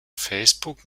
facebook